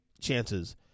chances